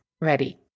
ready